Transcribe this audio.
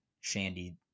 shandy